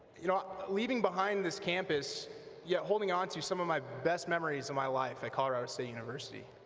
you know leaving behind this campus yet holding onto some of my best memories of my life at colorado state university